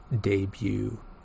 debut